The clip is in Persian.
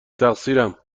تقصیرم